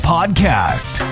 Podcast